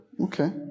Okay